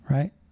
Right